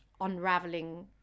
unraveling